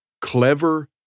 Clever